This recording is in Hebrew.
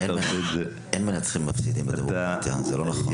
אין מנצחים ומפסידים ---, זה לא נכון.